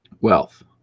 wealth